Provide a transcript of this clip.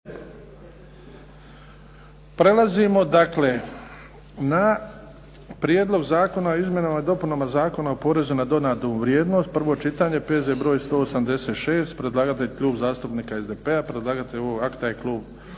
Prelazimo dakle na - Prijedlog zakona o izmjenama i dopunama zakona o porezu na dodanu vrijednost, prvo čitanje, P.Z.br. 186. Predlagatelj: Klub zastupnika SDP-a Predlagatelj ovog akta je klub